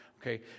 okay